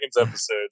episodes